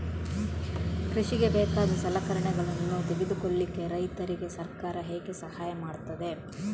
ಕೃಷಿಗೆ ಬೇಕಾದ ಸಲಕರಣೆಗಳನ್ನು ತೆಗೆದುಕೊಳ್ಳಿಕೆ ರೈತರಿಗೆ ಸರ್ಕಾರ ಹೇಗೆ ಸಹಾಯ ಮಾಡ್ತದೆ?